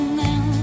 now